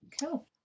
Cool